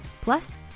Plus